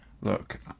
look